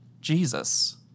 Jesus